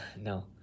No